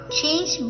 change